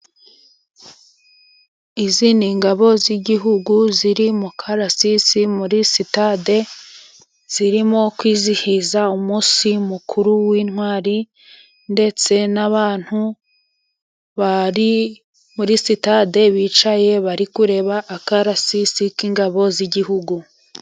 Izi ni ingabo z'igihugu ziri mukararasisi muri sitade, zirimo kwizihiza umunsi mukuru w'intwari ndetse n'abantu bari muri sitade bicaye bari kureba akarasisi k'ingabo z'igihugu.